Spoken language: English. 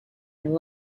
and